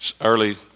early